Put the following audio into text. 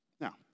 Now